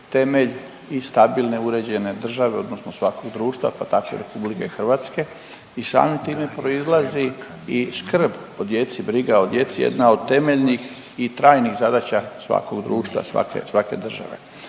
i stabilne, uređene države, odnosno svakog društva pa tako i Republike Hrvatske. I samim time proizlazi i skrb o djeci, briga o djeci jedna od temeljnih i trajnih zadaća svakog društva, svake države.